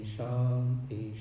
Shanti